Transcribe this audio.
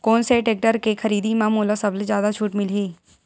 कोन से टेक्टर के खरीदी म मोला सबले जादा छुट मिलही?